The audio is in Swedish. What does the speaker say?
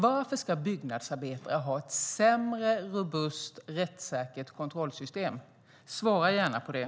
Varför ska byggnadsarbetare ha ett sämre och mindre robust och rättssäkert kontrollsystem? Svara gärna på det.